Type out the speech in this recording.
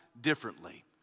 differently